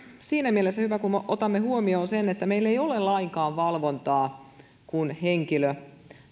siinä mielessä hyvä kun me otamme huomioon sen että meillä ei ole lainkaan valvontaa kun henkilö